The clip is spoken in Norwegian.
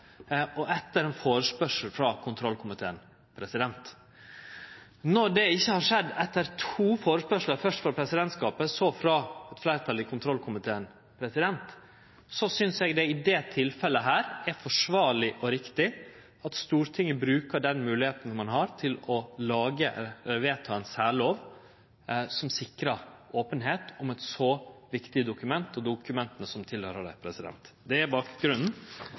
og etter ein førespurnad frå kontrollkomiteen. Når det ikkje har skjedd – etter to førespurnader, først frå presidentskapet, så frå eit fleirtal i kontrollkomiteen – synest eg det i dette tilfellet er forsvarleg og riktig at Stortinget bruker den moglegheita ein har til å vedta ei særlov som sikrar openheit om eit så viktig dokument og om dokumenta som høyrer til det. Det er bakgrunnen